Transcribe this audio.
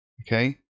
okay